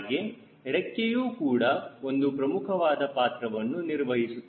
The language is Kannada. ಹಾಗೆ ರೆಕ್ಕೆಯು ಕೂಡ ಒಂದು ಪ್ರಮುಖವಾದ ಪಾತ್ರವನ್ನು ನಿರ್ವಹಿಸುತ್ತದೆ